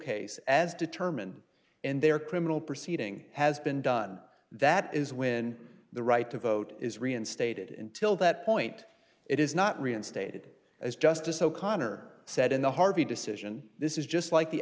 case as determined in their criminal proceeding has been done that is when the right to vote is reinstated and till that point it is not reinstated as justice o'connor said in the harvey decision this is just like the